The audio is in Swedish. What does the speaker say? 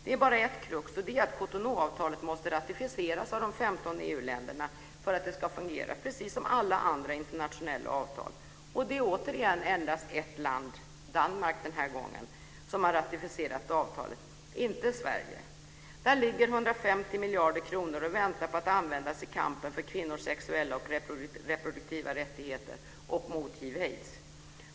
Det är bara ett krux, och det är att Cotonou-avtalet måste ratificeras av de 15 EU länderna för att det ska fungera - precis som alla andra internationella avtal. Och det är återigen endast ett land - den här gången Danmark - som har ratificerat avtalet. Inte Sverige! Där ligger 150 miljarder kronor och väntar på att användas i kampen för kvinnors sexuella och reproduktiva rättigheter och mot hiv/aids.